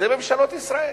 זה ממשלות ישראל.